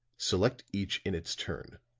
select each in its turn,